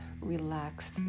relaxed